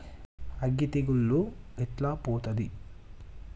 అగ్గి తెగులు ఎట్లా పోతది?